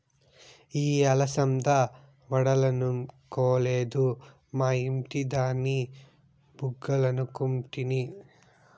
ఇయ్యి అలసంద వడలనుకొలేదు, మా ఇంటి దాని బుగ్గలనుకుంటిని